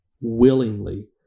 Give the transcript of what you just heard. willingly